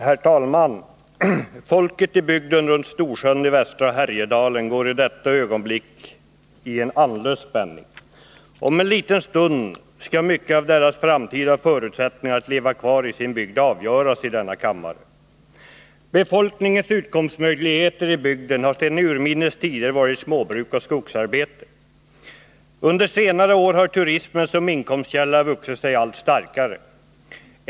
Herr talman! Folket i bygden runt Storsjön i västra Härjedalen går i detta ögonblick i en andlös spänning. Om en liten stund skall mycket av deras framtida förutsättningar att leva kvar i sin bygd avgöras i denna kammare. Befolkningens utkomstmöjligheter i bygden har sedan urminnes tider varit småbruk och skogsarbete. Under senare år har turismen som inkomstkälla vuxit sig allt starkare.